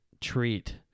treat